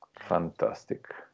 Fantastic